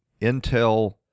Intel